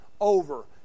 over